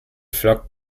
flockt